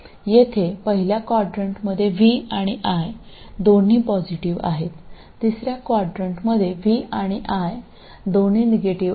येथे पहिल्या क्वाड्रंटमध्ये v आणि i दोन्ही पॉझिटिव आहेत तिसर्या क्वाड्रंटमध्ये v आणि i दोन्ही निगेटिव आहेत